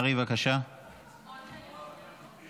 אני קורא אותך לסדר פעם שנייה.